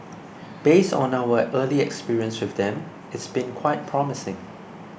based on our early experience with them it's been quite promising